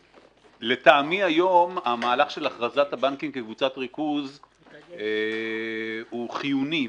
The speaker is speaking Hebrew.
לטעמי היום המהלך של הכרזת הבנקים כקבוצת ריכוז הוא חיוני,